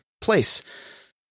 place